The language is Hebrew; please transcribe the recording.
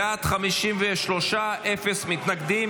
בעד, 56, אין מתנגדים.